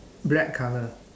black colour